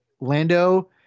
Lando